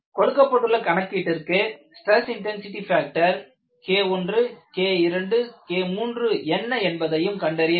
கொடுக்கப்பட்டுள்ள கணக்கீட்டிற்கு stress intensity factor K1 K2K3 என்ன என்பதையும் கண்டறிய வேண்டும்